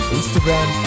Instagram